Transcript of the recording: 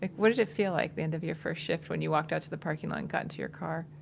what did it feel like the end of your first shift when you walked out to the parking lot and got into your car?